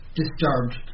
disturbed